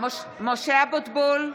משה אבוטבול,